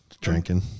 drinking